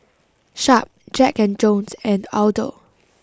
Sharp Jack and Jones and Aldo